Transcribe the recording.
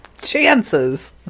Chances